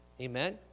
Amen